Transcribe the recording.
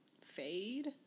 fade